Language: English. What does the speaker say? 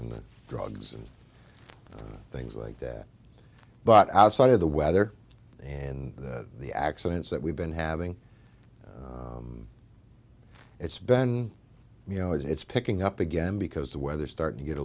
the drugs and things like that but outside of the weather and the accidents that we've been having it's been you know it's picking up again because the weather started to get a